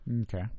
Okay